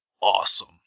awesome